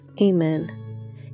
Amen